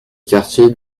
quartiers